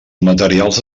materials